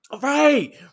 Right